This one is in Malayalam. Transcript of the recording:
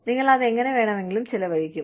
നിങ്ങൾ അത് എങ്ങനെ വേണമെങ്കിലും ചെലവഴിക്കും